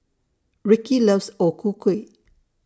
Ricky loves O Ku Kueh